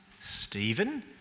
Stephen